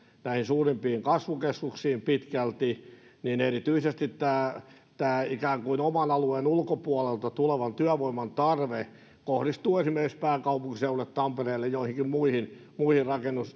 näihin suurimpiin kasvukeskuksiin pitkälti niin erityisesti tämä tämä ikään kuin oman alueen ulkopuolelta tulevan työvoiman tarve kohdistuu esimerkiksi pääkaupunkiseudulle tampereelle ja joihinkin muihin muihin